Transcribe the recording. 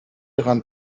rand